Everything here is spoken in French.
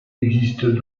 existe